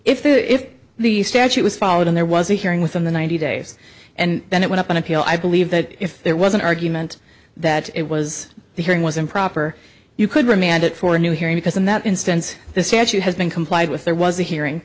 if the if the statute was followed and there was a hearing within the ninety days and then it went up on appeal i believe that if there was an argument that it was the hearing was improper you could remand it for a new hearing because in that instance the statute has been complied with there was a hearing